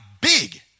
big